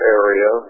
area